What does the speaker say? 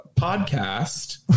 podcast